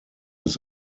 his